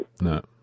No